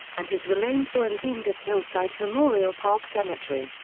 and his remains were entombed at hillside memorial park cemetery,